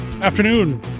Afternoon